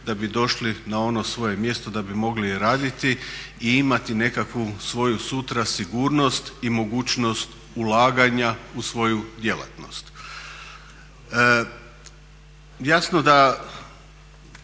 da bi došli na ono svoje mjesto da bi mogli raditi i imati nekakvu svoju sutra sigurnost i mogućnost ulaganja u svoju djelatnost. Jasno da